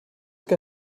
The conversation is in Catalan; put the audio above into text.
que